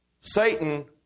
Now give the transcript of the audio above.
Satan